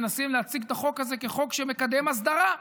מנסים להציג את החוק הזה כחוק שמקדם הסדרה.